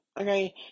okay